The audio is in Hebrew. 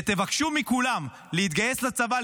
ותבקשו מכולם להתגייס לצבא,